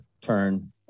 turn